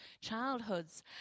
childhoods